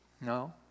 No